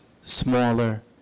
smaller